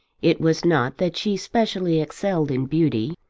it was not that she specially excelled in beauty.